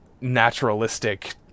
Naturalistic